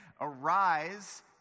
Arise